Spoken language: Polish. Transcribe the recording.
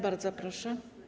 Bardzo proszę.